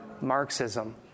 Marxism